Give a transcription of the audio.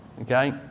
Okay